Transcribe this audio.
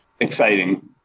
exciting